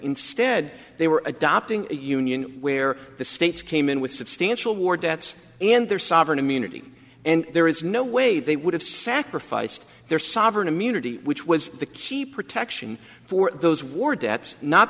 instead they were adopting a union where the states came in with substantial war debts and their sovereign immunity and there is no way they would have sacrificed their sovereign immunity which was the key protection for those war debts not